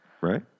Right